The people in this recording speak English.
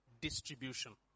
distribution